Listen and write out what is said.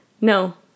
no